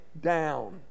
down